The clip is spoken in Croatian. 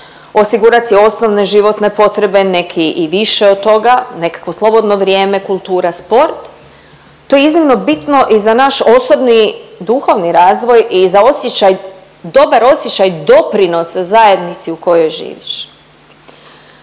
osigurat si osnovne životne potrebe, neki i više od toga, nekakvo slobodno vrijeme, kultura, sport. To je iznimno bitno i za naš osobni duhovni razvoj i za osjećaj, dobar osjećaj doprinosa zajednici u kojoj živiš.